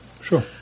Sure